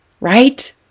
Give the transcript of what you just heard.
Right